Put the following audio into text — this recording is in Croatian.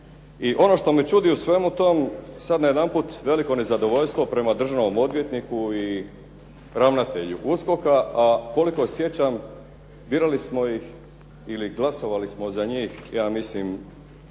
i ono što me čudi u svemu tom, sad najedanput veliko nezadovoljstvo prema državnom odvjetniku i ravnatelju USKOK-a, a koliko se sjećam, birali smo ih ili glasovali smo za njih ja mislim